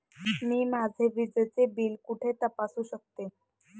मी माझे विजेचे देय बिल कुठे तपासू शकते?